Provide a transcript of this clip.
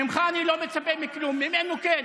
ממך אני לא מצפה לכלום, ממנו כן.